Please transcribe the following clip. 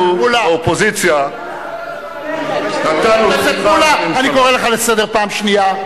חבר הכנסת מולה, אני קורא לך לסדר פעם שנייה.